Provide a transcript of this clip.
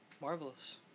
Marvelous